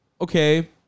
okay